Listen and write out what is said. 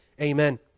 amen